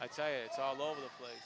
i say it's all over the place